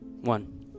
One